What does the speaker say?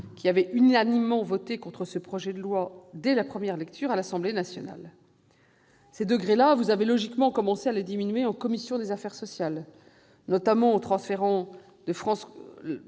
qui ont unanimement voté contre le projet de loi dès sa première lecture. Ces degrés-là, vous avez logiquement commencé à les diminuer en commission des affaires sociales, notamment en transférant de France